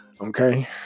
okay